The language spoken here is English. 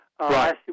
Right